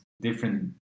different